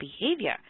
behavior